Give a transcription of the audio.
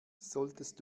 solltest